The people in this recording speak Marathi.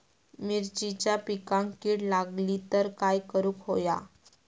मिरचीच्या पिकांक कीड लागली तर काय करुक होया?